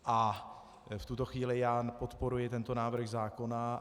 V tuto chvíli nepodporuji tento návrh zákona.